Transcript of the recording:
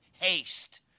haste